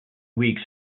weeks